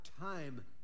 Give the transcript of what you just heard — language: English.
time